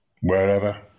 wherever